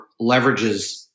leverages